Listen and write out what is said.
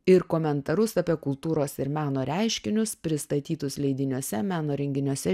ir komentarus apie kultūros ir meno reiškinius pristatytus leidiniuose meno renginiuose